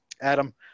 Adam